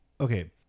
Okay